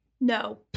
no